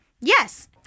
Yes